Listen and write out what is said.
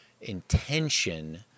intention